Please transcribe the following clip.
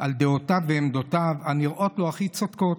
על דעותיו ועמדותיו הנראות לו הכי צודקות.